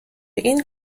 این